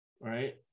right